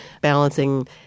balancing